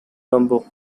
bamboo